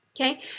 okay